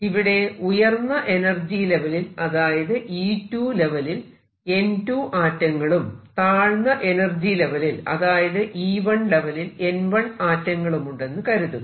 ഇവിടെ ഉയർന്ന എനർജി ലെവലിൽ അതായത് E2 ലെവലിൽ N2 ആറ്റങ്ങളും താഴ്ന്ന എനർജി ലെവലിൽ അതായത് E1 ലെവലിൽ N1 ആറ്റങ്ങളുമുണ്ടെന്ന് കരുതുക